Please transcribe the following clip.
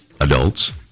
adults